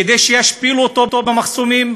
כדי שישפילו אותו במחסומים,